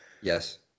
Yes